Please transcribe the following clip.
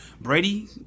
Brady